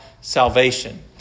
salvation